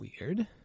Weird